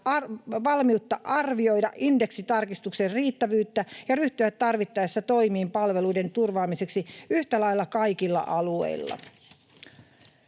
valmiutta arvioida indeksitarkistuksen riittävyyttä ja ryhtyä tarvittaessa toimiin palveluiden turvaamiseksi yhtä lailla kaikilla alueilla.